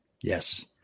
Yes